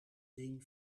zien